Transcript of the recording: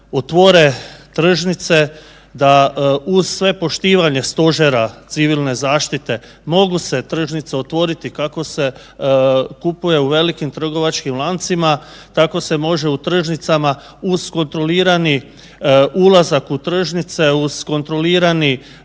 otvore tržnice da uz sve poštivanje stožera civilne zaštite mogu se tržnice otvoriti kako se kupuje u velikim trgovačkim lancima, tako se može u tržnicama uz kontrolirani ulazak u tržnice, uz kontrolirani